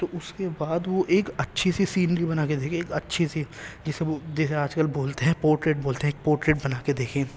تو اس کے بعد وہ ایک اچھی سی سینری بنا کے دیکھے ایک اچھی سی جیسے وہ جیسے آج کل بولتے ہیں پورٹریٹ بولتے ہیں ایک پورٹریٹ بنا کے دیکھے